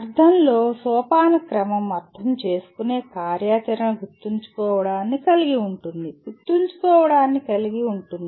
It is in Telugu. అర్ధంలో సోపానక్రమం అర్థం చేసుకునే కార్యాచరణ గుర్తుంచుకోవడాన్ని కలిగి ఉంటుంది గుర్తుంచుకోవడాన్ని కలిగి ఉంటుంది